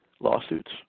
lawsuits